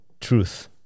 truth